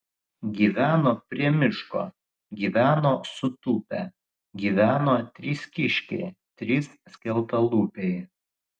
gyveno prie miško gyveno sutūpę gyveno trys kiškiai trys skeltalūpiai